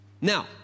Now